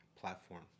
platform